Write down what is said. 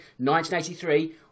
1983